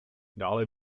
dále